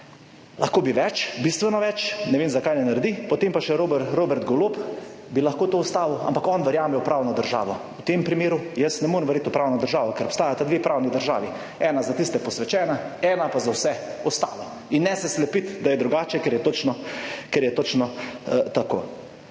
lahko bi več, bistveno več, ne vem, zakaj ne naredi. Potem pa še Robert, Robert Golob bi lahko to ustavil, ampak on verjame v pravno državo. V tem primeru jaz ne morem verjeti v pravno državo, ker obstajata dve pravni državi, ena za tiste posvečene, ena pa za vse ostalo. In ne se slepiti, da je drugače, ker je točno, ker